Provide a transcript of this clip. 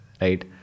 right